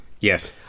Yes